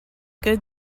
good